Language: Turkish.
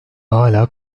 hala